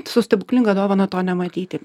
su stebuklinga dovana to nematyti